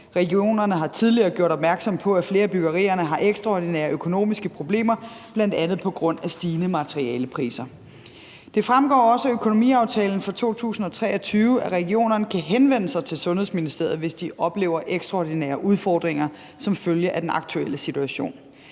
Regionerne har tidligere gjort opmærksom på, at flere af byggerierne har ekstraordinære økonomiske problemer, bl.a. på grund af stigende materialepriser. Det fremgår også af økonomiaftalen fra 2023, at regionerne kan henvende sig til Sundhedsministeriet, hvis de oplever ekstraordinære udfordringer som følge af den aktuelle situation.